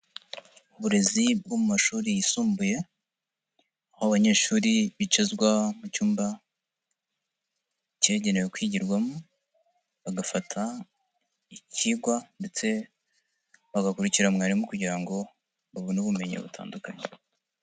Uburezi bwo mu mashuri yisumbuye aho abanyeshuri bicazwa mu cyumba cyagenewe kwigirwamo, bagafata ikigwa ndetse bagakurikira mwarimu kugira ngo babone ubumenyi butandukanye.